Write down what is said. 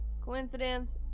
coincidence